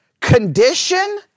condition